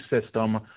system